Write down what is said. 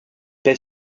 paye